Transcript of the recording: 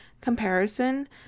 comparison